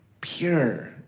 Pure